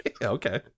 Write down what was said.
Okay